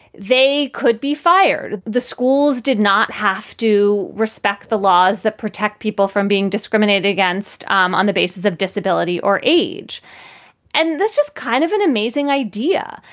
they could be fired. the schools did not have to respect the laws that protect people from being discriminated against um on the basis of disability or age and this is kind of an amazing idea.